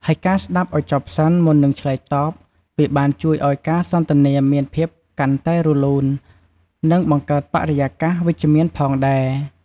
ហើយការស្តាប់ឲ្យចប់សិន មុននឹងឆ្លើយតប វាបានជួយឲ្យការសន្ទនាមានភាពកាន់តែរលូន និងបង្កើតបរិយាកាសវិជ្ជមានផងដែរ។